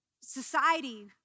society